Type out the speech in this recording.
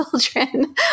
children